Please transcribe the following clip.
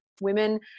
women